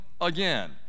again